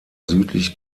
südlich